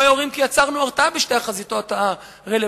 לא יורים כי יצרנו הרתעה בשתי החזיתות הרלוונטיות.